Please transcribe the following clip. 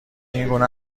اینگونه